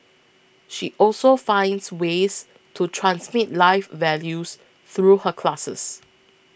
she also finds ways to transmit life values through her classes